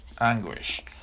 anguish